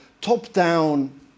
top-down